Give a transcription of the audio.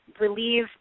relieve